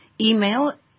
Email